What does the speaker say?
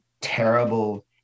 terrible